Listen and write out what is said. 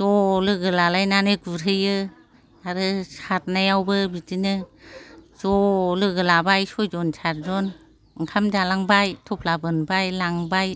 ज' लोगो लालायनानै गुरहैयो आरो सारनायावबो बिदिनो ज' लोगो लाबाय सयजन सातजन ओंखाम जालांबाय थफ्ला बोनबाय लांबाय